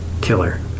killer